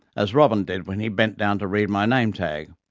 as robyn did when he bent down to read my name tag.